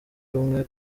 rumwe